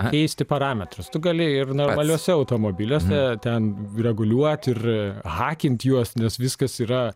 keisti parametrus tu gali ir normaliuose automobiliuose ten reguliuot ir hakint juos nes viskas yra